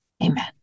amen